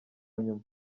nyuma